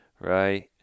Right